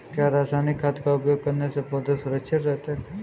क्या रसायनिक खाद का उपयोग करने से पौधे सुरक्षित रहते हैं?